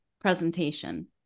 presentation